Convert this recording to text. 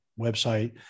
website